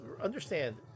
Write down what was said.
understand